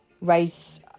raise